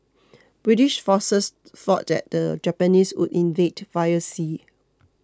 British forces thought that the Japanese would invade via sea